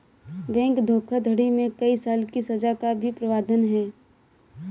bank धोखाधड़ी में कई साल की सज़ा का भी प्रावधान है